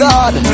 God